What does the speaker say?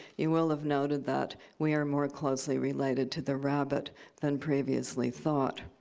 you will have noted that we are more closely related to the rabbit than previously thought.